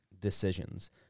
decisions